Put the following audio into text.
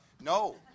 no